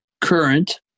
current